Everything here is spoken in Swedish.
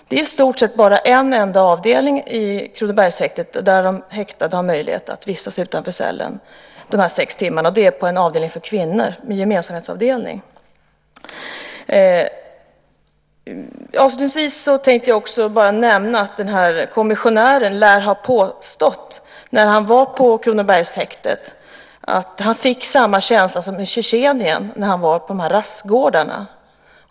Det är i stort sett bara på en enda avdelning på Kronobergshäktet som de häktade har möjlighet att vistas utanför cellen de här sex timmarna. Det är på en avdelning för kvinnor, på en gemensamhetsavdelning. Avslutningsvis tänkte jag bara nämna att den här kommissionären lär ha påstått, när han var på Kronobergshäktet, att han fick samma känsla som i Tjetjenien när han var på de här rastgårdarna.